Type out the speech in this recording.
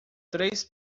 três